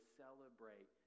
celebrate